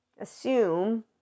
assume